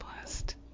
blessed